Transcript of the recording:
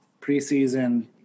Preseason